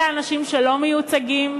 אלה האנשים שלא מיוצגים,